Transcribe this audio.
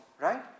Right